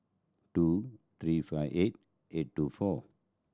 two three five eight eight two four